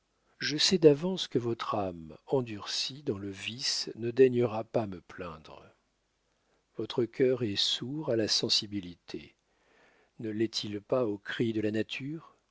je sais d'avance que votre ame an durcie dans le vice ne daignera pas me pleindre votre cœur est sour à la censibilité ne lét il pas aux cris de la nature